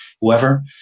whoever